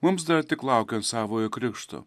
mums dar tik laukiant savojo krikšto